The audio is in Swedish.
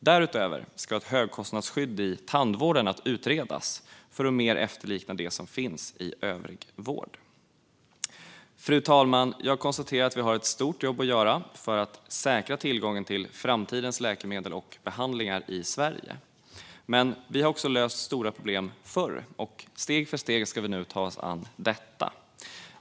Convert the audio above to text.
Därutöver ska ett högkostnadsskydd i tandvården utredas för att mer efterlikna det som finns i övrig vård. Fru talman! Jag konstaterar att vi har ett stort jobb att göra för att säkra tillgången till framtidens läkemedel och behandlingar i Sverige. Men vi har löst stora problem förr, och steg för steg ska vi nu ta oss an detta.